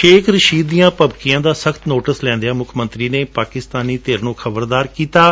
ਸ਼ੇਖ ਰਸ਼ੀਦ ਦੀਆਂ ਭਬਦੀਆਂ ਦਾ ਸਖਤ ਨੋਟਿਸ ਲੈਂਦਿਆਂ ਮੁੱਖ ਮੰਤਰੀ ਨੇ ਪਾਕਿਸਤਾਨੀ ਧਿਰ ਨੂੰ ਖਬਰਦਾਰ ਕੀਤੈ